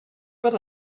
but